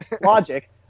logic